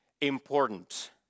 important